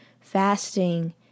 fasting